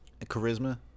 charisma